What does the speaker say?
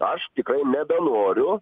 aš tikrai nebenoriu